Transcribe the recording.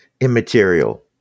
immaterial